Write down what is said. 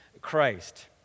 Christ